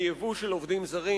מייבוא של עובדים זרים,